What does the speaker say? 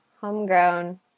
homegrown